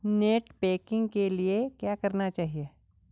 Net banking के लिए क्या करना होगा?